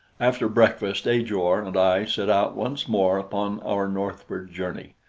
after breakfast ajor and i set out once more upon our northward journey.